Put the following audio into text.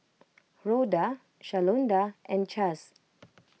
Rhoda Shalonda and Chace